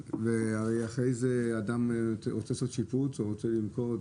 ואחרי זה אדם רוצה לעשות שיפוץ או רוצה למכור,